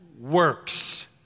works